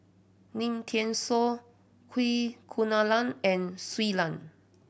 Lim Thean Soo Kunalan and Shui Lan